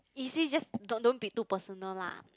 is it just don't don't be too personal lah